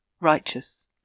righteous